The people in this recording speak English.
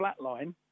flatline